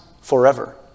Forever